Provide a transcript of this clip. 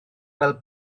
fel